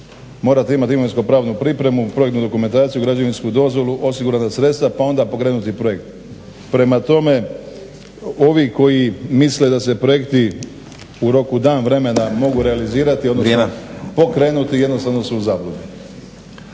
Morate imati imovinsko-pravnu pripremu, projektnu dokumentaciju, građevinsku dozvolu, osigurana sredstva, pa onda pokrenuti projekt. Prema tome, ovi koji misle da se projekti u roku dan vremena mogu realizirati odnosno pokrenuti jednostavno su u zabludi.